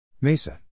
MESA